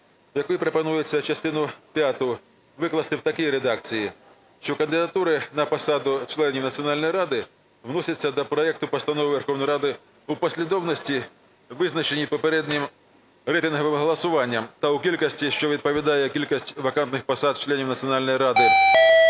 якою пропонується частину п'яту викласти в такій редакції. Що кандидатури на посаду члена Національної ради вносяться до проекту Постанови Верховної Ради в послідовності, визначеній попереднім рейтинговим голосуванням ,та в кількості, що відповідає кількості вакантних посад членів Національної ради,